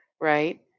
right